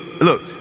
look